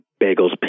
bagels